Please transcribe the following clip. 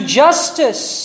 justice